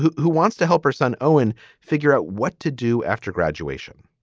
who who wants to help her son owen figure out what to do after graduation.